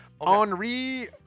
Henri